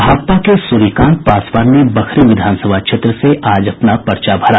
भाकपा के सूर्यकांत पासवान ने बखरी विधानसभा क्षेत्र से आज अपना पर्चा भरा